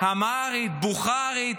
אמהרית, בוכרית,